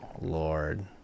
Lord